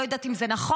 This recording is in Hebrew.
לא יודעת אם זה נכון,